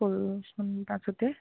কলচোন পাঁচতে